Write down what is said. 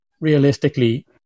realistically